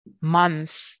month